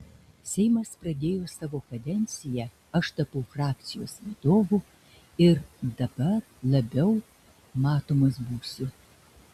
seimas pradėjo savo kadenciją aš tapau frakcijos vadovu ir dabar labiau matomas būsiu